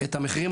את המחירים,